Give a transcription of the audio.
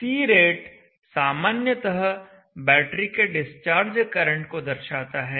C rate सामान्यतः battery के discharge current को दर्शाता है